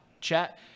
chat